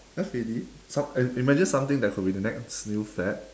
F A D som~ i~ imagine something that could be the next new fad